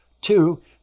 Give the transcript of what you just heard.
two